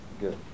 good